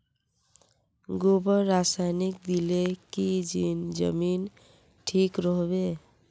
गोबर रासायनिक दिले की जमीन ठिक रोहबे?